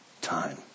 time